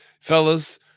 fellas